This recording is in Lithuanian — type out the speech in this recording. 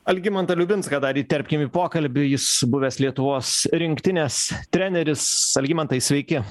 algimantą liubinską dar įterpkim į pokalbį jis buvęs lietuvos rinktinės treneris algimantai sveiki